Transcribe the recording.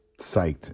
psyched